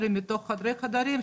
אלא בחדרי חדרים,